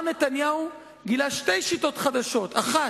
נתניהו גילה שתי שיטות חדשות: האחת,